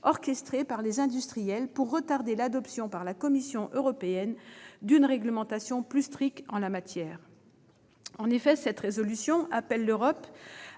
orchestrée par les industriels pour retarder l'adoption par la Commission européenne d'une réglementation plus stricte en la matière. En effet, cette résolution appelle l'Europe